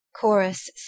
Chorus